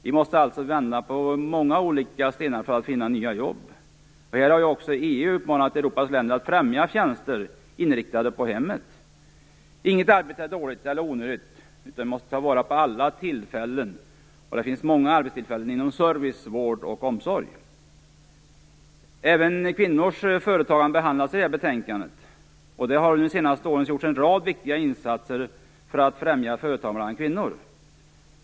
Vi måste vända på många olika stenar för att finna nya jobb. EU har uppmanat Europas länder att främja tjänster inriktade på hemmet. Inget arbete är dåligt eller onödigt, utan vi måste ta vara på alla tillfällen. Det finns många arbetstillfällen inom service, vård och omsorg. Även kvinnors företagande behandlas i betänkandet. Det har under de senaste åren gjorts en rad viktiga insatser för att främja företagande bland kvinnor.